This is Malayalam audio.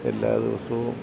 എല്ലാ ദിവസവും